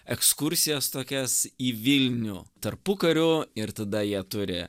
ekskursijas tokias į vilnių tarpukariu ir tada jie turi